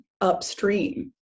upstream